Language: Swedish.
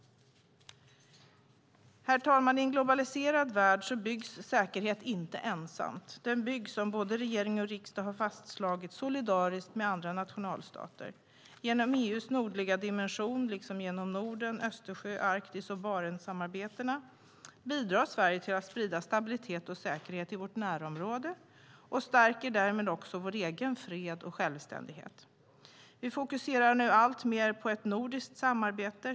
Herr talman! I en globaliserad värld byggs säkerhet inte ensamt av ett land. Den byggs, som både regering och riksdag har fastslagit, solidariskt med andra nationalstater. Genom EU:s nordliga dimension liksom genom Norden-, Östersjö-, Arktis och Barentssamarbetena bidrar Sverige till att sprida stabilitet och säkerhet i vårt närområde och stärker därmed också vår egen fred och självständighet. Vi fokuserar nu alltmer på ett nordiskt samarbete.